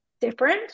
different